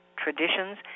traditions